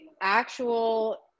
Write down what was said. actual